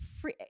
free